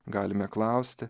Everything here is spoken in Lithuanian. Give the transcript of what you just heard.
galime klausti